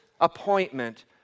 appointment